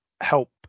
help